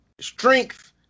strength